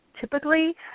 Typically